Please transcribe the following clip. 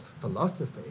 philosophy